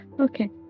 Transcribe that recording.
Okay